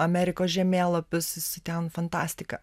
amerikos žemėlapis jisai ten fantastika